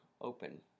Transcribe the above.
open